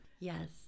Yes